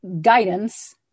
Guidance